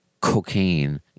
cocaine